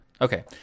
Okay